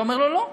אתה אומר לו: לא,